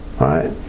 right